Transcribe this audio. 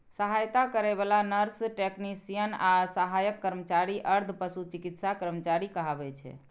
सहायता करै बला नर्स, टेक्नेशियन आ सहायक कर्मचारी अर्ध पशु चिकित्सा कर्मचारी कहाबै छै